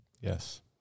yes